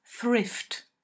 Thrift